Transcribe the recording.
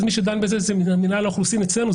מי שדן בה זה מינהל האוכלוסין אצלנו.